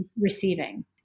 receiving